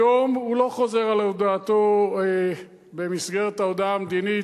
היום הוא לא חוזר על הודעתו במסגרת ההודעה המדינית,